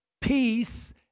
peace